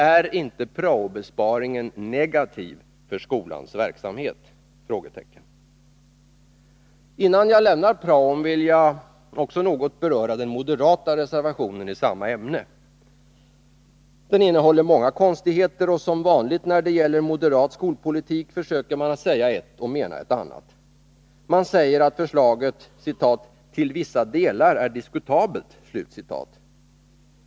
Är inte prao-besparingen negativ för skolans verksamhet? Innan jag lämnar praon vill jag också något beröra den moderata reservationen i samma ämne. Den innehåller många konstigheter, och som vanligt när det gäller moderat skolpolitik försöker man säga ett och mena ett annat. Man säger att förslaget ”till vissa delar är diskutabelt”.